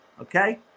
okay